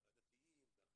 לגבי הדתיים והחרדים.